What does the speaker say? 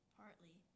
partly